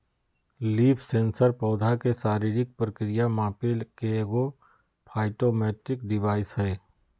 leaf sensor पौधा के शारीरिक प्रक्रिया मापे के एगो फाइटोमेट्रिक डिवाइस हइ